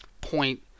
point